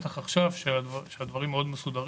בטח עכשיו שהדברים מאוד מסודרים.